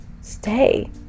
stay